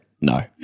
no